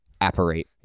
apparate